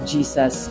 Jesus